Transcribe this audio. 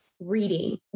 reading